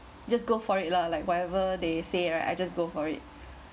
just go for it lah like whatever they say right I just go for it